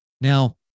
Now